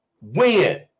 win